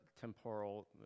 Temporal